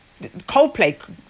Coldplay